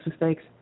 mistakes